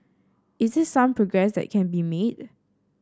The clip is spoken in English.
is there some progress that can be made